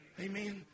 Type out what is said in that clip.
Amen